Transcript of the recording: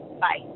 bye